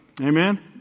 Amen